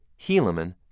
Helaman